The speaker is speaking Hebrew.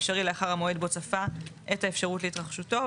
בהקדם האפשרי לאחר המועד בו צפה את האפשרות להתרחשותו,